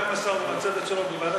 גם עם השר ועם הצוות שלו,